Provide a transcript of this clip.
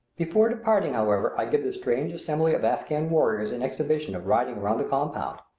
before departing, however, i give the strange assembly of afghan warriors an exhibition of riding around the compound.